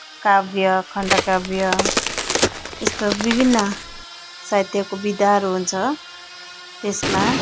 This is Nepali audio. काव्य खण्डकाव्य यस्तो विभिन्न साहित्यको विधाहरू हुन्छ त्यसमा